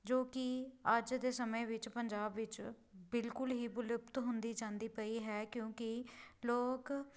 ਜੋ ਕਿ ਅੱਜ ਦੇ ਸਮੇਂ ਵਿੱਚ ਪੰਜਾਬ ਵਿੱਚ ਬਿਲਕੁਲ ਹੀ ਵਿਲੁਪਤ ਹੁੰਦੀ ਜਾਂਦੀ ਪਈ ਹੈ ਕਿਉਂਕਿ ਲੋਕ